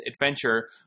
adventure